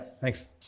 thanks